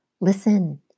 Listen